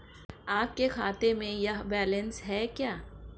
आपके खाते में यह बैलेंस है क्या?